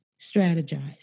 strategize